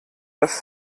dass